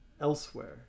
elsewhere